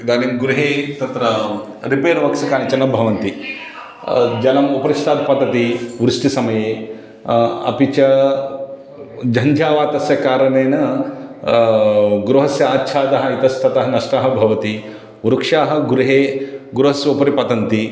इदानीं गृहे तत्र रिपेर् वर्क्स् कानिचन भवन्ति जलम् उपरिष्टात् पतति वृष्टिसमये अपि च झञ्झावातस्य कारणेन गृहस्य आच्छादः इतस्ततः नष्टः भवति वृक्षाः गृहे गृहस्योपरि पतन्ति